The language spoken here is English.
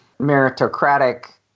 meritocratic